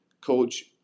coach